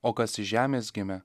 o kas iš žemės gimė